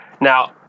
Now